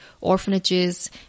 orphanages